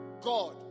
God